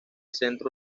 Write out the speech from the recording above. centro